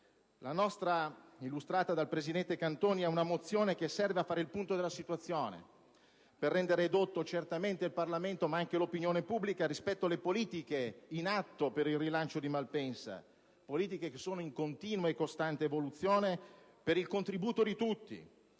La nostra mozione, illustrata dal presidente Cantoni, serve a fare il punto della situazione per portare a conoscenza - certamente del Parlamento, ma anche dell'opinione pubblica - le politiche in atto per il rilancio di Malpensa: politiche che sono in continua e costante evoluzione per il contributo di tutti.